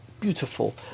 Beautiful